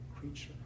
creature